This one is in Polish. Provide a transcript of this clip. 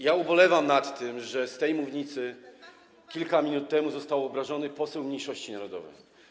I ubolewam nad tym, że z tej mównicy kilka minut temu został obrażony poseł mniejszości narodowej.